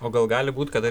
o gal gali būt kad